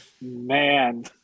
man